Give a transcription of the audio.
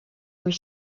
were